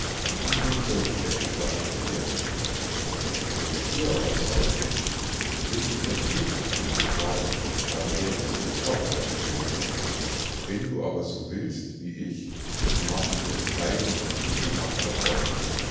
und nun sollte er geschlachtet werden der stier aber sagte wenn sie erst mich getödtet haben dann werden sie dich auch bald tödten wenn du aber so willst wie ich so machen wir uns beide noch diese nacht davon